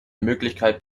möglichkeit